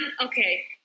okay